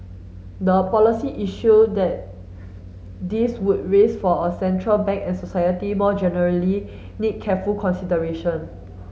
the policy issue that this would raise for a central bank and society more generally need careful consideration